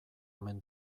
omen